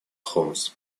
хомс